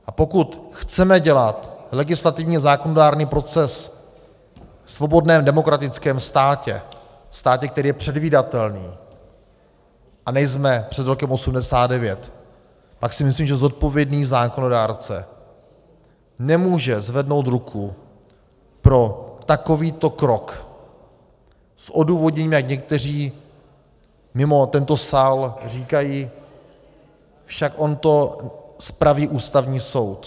A pokud chceme dělat legislativně zákonodárný proces ve svobodném demokratickém státě, státě, který je předvídatelný, a nejsme před rokem 1989, pak si myslím, že zodpovědný zákonodárce nemůže zvednout ruku pro takovýto krok s odůvodněním, jak někteří mimo tento sál říkají, však on to spraví Ústavní soud.